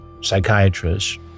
psychiatrists